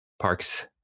parks